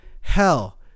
Hell